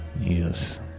Yes